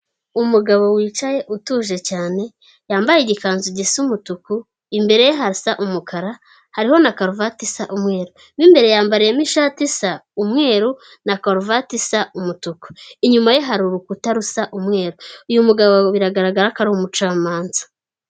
Umugabo wicaye utuje cyane, yambaye igikanzu gisa umutuku, imbere ye hasa umukara hariho na karuvati isa umweru, mo imbere yambariyemo ishati isa umweru na karuvati isa umutuku, inyuma ye hari urukuta rusa umweru, uyu mugabo biragaragara ko ari umucamanza.